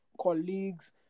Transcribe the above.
colleagues